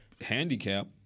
handicap